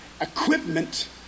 equipment